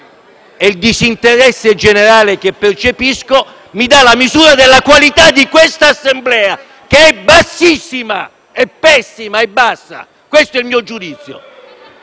Il disinteresse generale che percepisco mi dà la misura della qualità di questa Assemblea, che è bassissima. È pessima e basta. Questo è il mio giudizio.